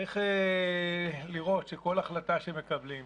צריך לראות שכל החלטה שמקבלים,